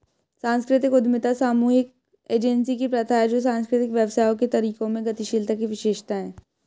सांस्कृतिक उद्यमिता सामूहिक एजेंसी की प्रथा है जो सांस्कृतिक व्यवसायों के तरीकों में गतिशीलता की विशेषता है